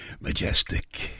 majestic